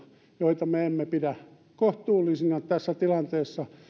joita me emme pidä kohtuullisina tässä tilanteessa